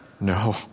No